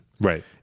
Right